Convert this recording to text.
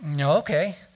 okay